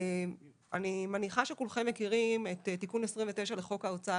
אני מניחה שכולכם מכירים את תיקון 29 לחוק ההוצאה